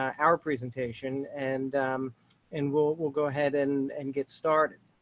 our presentation and and we'll we'll go ahead and and get started.